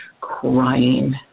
crying